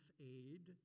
aid